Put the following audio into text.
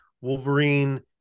Wolverine